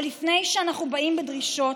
אבל לפני שאנחנו באים בדרישות,